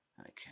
Okay